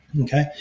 okay